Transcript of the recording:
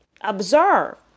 observe